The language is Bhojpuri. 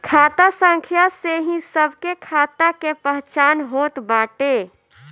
खाता संख्या से ही सबके खाता के पहचान होत बाटे